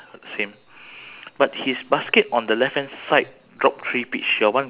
then his slipper he's wearing a slipper